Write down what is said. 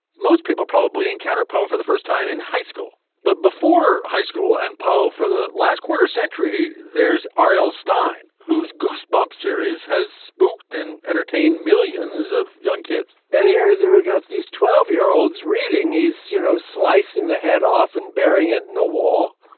most people probably encounter poe for the first time in high school but before high school and poe for the last quarter century there's r l. stine whose goosebumps series has spooked and entertained millions of young kids and here they're ah got these twelve year olds reading he's zero slicing the head off and burying it in a wall.